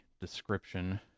description